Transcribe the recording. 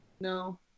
No